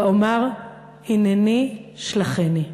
ואֹמַר: הנני שלחני".